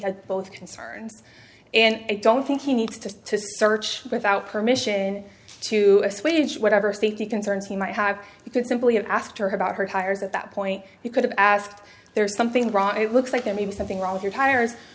had both concerns and i don't think he needs to to search without permission to assuage whatever safety concerns he might have you could simply have asked about her tires at that point you could have asked there's something wrong it looks like there may be something wrong with your tires